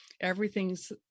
Everything's